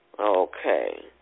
okay